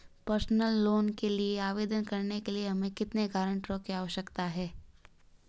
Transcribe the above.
Personal loan के लिए आवेदन करने के लिए हमें कितने गारंटरों की आवश्यकता है?